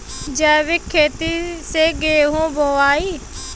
जैविक खेती से गेहूँ बोवाई